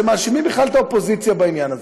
שמאשימים בכלל את האופוזיציה בעניין הזה.